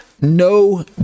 no